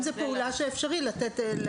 אם זאת פעולה שאפשרי לתת.